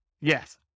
Yes